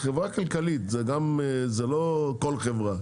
חברה כלכלית, זה לא כל חברה.